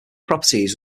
properties